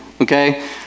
okay